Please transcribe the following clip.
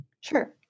Sure